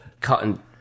cutting